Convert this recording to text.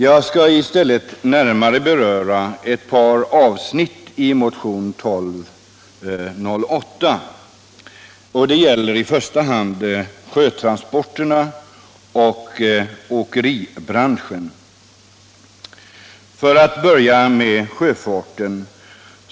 Jag skall i stället närmare beröra ett par avsnitt i motionen 1976/77:1208. Den gäller i första hand sjötransporterna och åkeribranschen. Jag skall börja med sjöfarten.